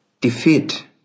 defeat